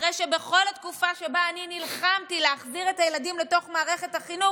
אחרי שבכל התקופה שבה אני נלחמתי להחזיר את הילדים לתוך מערכת החינוך,